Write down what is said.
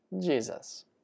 Jesus